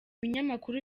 ibinyamakuru